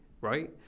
right